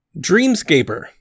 Dreamscaper